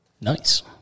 Nice